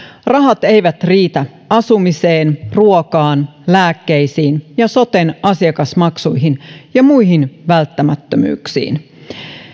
rahat eivät riitä asumiseen ruokaan lääkkeisiin ja soten asiakasmaksuihin ja muihin välttämättömyyksiin